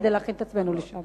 כדי להכין את עצמנו לשם.